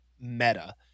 meta